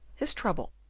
his trouble,